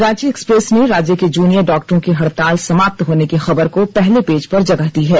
Ranchi Express ने राज्य के जूनियर डॉक्टरों की हड़ताल समाप्त होने की खबर को पहले पेज पर जगह दी है